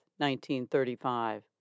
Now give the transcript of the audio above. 1935